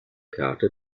karte